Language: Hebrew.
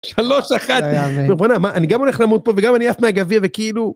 שלוש אחת מה אני גם הולך למות פה וגם אני אף מהגביע וכאילו.